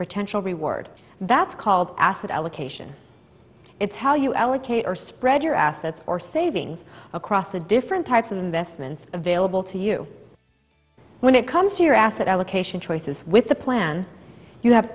potential reward that's called asset allocation it's how you allocate or spread your assets or savings across the different types of investments available to you when it comes to your asset allocation choices with the plan you have